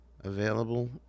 available